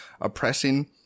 oppressing